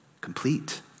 complete